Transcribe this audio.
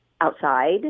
Outside